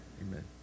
amen